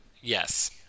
Yes